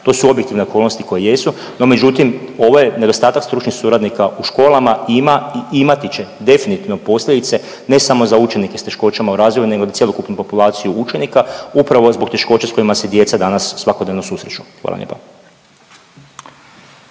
To su objektivne okolnosti koje jesu, no međutim ovaj nedostatak stručnih suradnika u školama ima i imati će definitivno posljedice ne samo za učenike s teškoćama u razvoju nego za cjelokupnu populaciju učenika upravo zbog teškoća s kojima se djeca danas svakodnevno susreću. Hvala lijepa.